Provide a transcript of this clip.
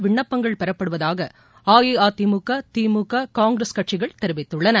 விண்ணப்பங்கள் பெறப்படுவதாக அஇஅதிமுக திமுக காங்கிரஸ் கட்சிகள் தெரிவித்துள்ளன